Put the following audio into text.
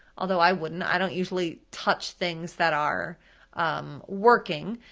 although i wouldn't, i don't usually touch things that are working,